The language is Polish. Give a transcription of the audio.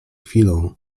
chwilą